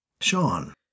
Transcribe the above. Sean